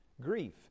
grief